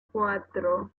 cuatro